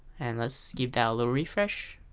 and let's give that a little refresh